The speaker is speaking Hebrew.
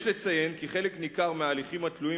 יש לציין כי חלק ניכר מההליכים התלויים